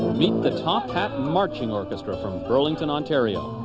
meet the top hat marching orchestra from burlington, ontario.